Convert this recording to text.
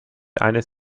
eines